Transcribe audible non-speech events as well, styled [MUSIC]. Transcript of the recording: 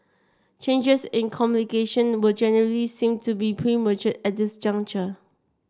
changes in communication were generally seen to be premature at this [UNINTELLIGIBLE]